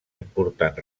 important